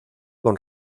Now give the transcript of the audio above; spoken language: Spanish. con